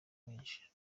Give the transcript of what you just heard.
menshi